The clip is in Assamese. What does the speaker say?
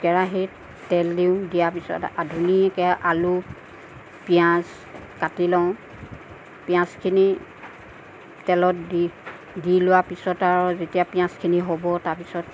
কেৰাহীত তেল দিওঁ দিয়া পিছত ধুনীয়াকে আলু পিয়াজ কাটি লওঁ পিয়াজখিনি তেলত দি দি লোৱাৰ পিছত আৰু যেতিয়া পিয়াজখিনি হ'ব তাৰ পিছত